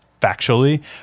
factually